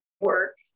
work